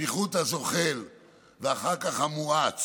הפיחות הזוחל ואחר כך המואץ